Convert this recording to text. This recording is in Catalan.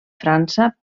frança